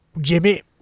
Jimmy